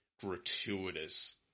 gratuitous